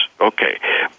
okay